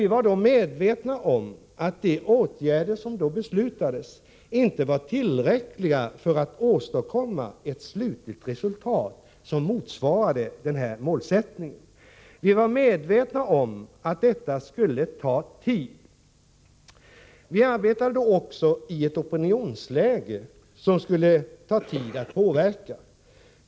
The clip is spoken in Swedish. Vi var då medvetna om att de åtgärder som beslutades inte var tillräckliga för att man skulle åstadkomma ett slutligt resultat som motsvarade målsättningen. Vi var medvetna om att detta skulle ta tid. Vi arbetade då också i ett opinionsläge som det skulle ta tid att påverka.